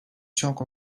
çok